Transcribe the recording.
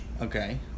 Okay